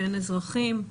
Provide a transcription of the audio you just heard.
בין אזרחים.